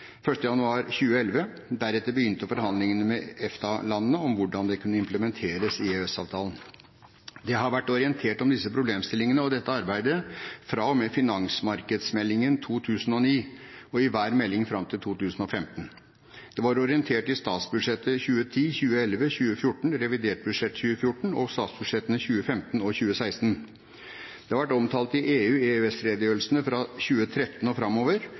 1. januar 2011, og deretter begynte forhandlingene med EFTA-landene om hvordan det kunne implementeres i EØS-avtalen. Det har vært orientert om disse problemstillingene og dette arbeidet fra og med finansmarkedsmeldingen 2009 og i hver melding fram til 2015. Det var orientert om i statsbudsjettene 2010, 2011, 2014, i revidert budsjett 2014 og i statsbudsjettene 2015 og 2016. Det har vært omtalt i EU/EØS-redegjørelsene fra 2013 og framover